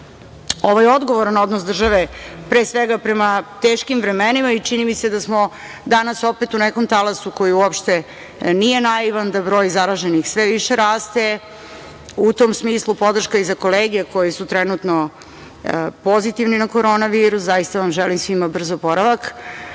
ovaj odgovoran odnos države, pre svega prema teškim vremenima. Čini mi se da smo danas opet u nekom talasu koji uopšte nije naivan, da broj zaraženih sve više raste. U tom smislu, podrška i za kolege koji su trenutno pozitivni na korona virus. Zaista vam želim svima brz oporavak,